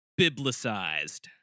biblicized